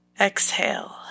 Exhale